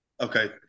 Okay